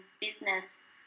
business